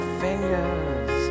fingers